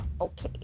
okay